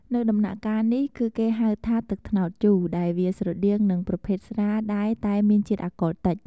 នៅដំណាក់កាលនេះ គឺគេហៅថា ទឹកត្នោតជូរដែលវាស្រដៀង នឹងប្រភេទស្រាដែលតែមានជាតិអាកុលតិច។